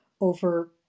over